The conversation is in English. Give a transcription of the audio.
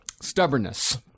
Stubbornness